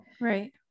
Right